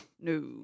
No